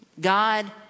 God